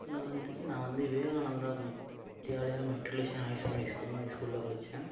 இங்கே வந்து நான் வந்து Vivekananda Vidyalaya matriculation higher secondary ஸ்கூல்னு ஒரு ஸ்கூலில் படித்தேன்